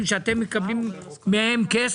שאנחנו נעביר בחוק ההסדרים דברים שאתם מקבלים מהם כסף,